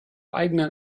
eigenen